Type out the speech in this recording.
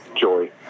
joy